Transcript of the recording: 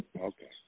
Okay